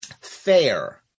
fair